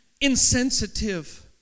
insensitive